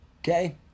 Okay